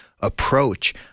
approach